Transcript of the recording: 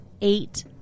eight